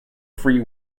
free